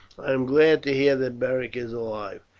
i am glad to hear that beric is alive.